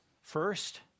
First